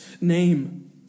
name